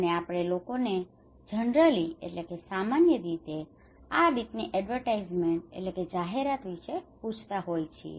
અને આપણે લોકોને જનરલી generally સામાન્ય રીતે આ રીતની એડ્વરટાઈજમેન્ટ advertisement જાહેરાત વિશે પૂછતાં હોય છીએ